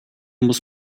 muss